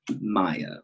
Maya